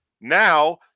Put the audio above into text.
Now